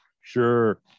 Sure